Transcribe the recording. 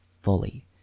fully